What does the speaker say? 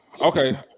Okay